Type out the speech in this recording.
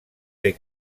ser